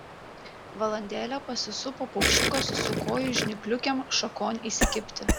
valandėlę pasisupo paukščiukas su kojų žnypliukėm šakon įsikibti